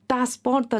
tą sportą